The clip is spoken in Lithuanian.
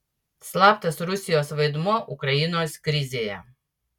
slaptas rusijos vaidmuo ukrainos krizėje